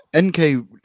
NK